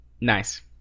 Nice